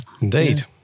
indeed